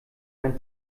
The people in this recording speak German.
ein